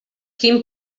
quin